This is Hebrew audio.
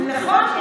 נכון,